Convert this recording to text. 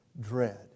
dread